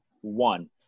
One